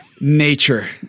nature